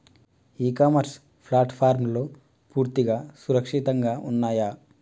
ఇ commerce ప్లాట్ఫారమ్లు పూర్తిగా సురక్షితంగా ఉన్నయా?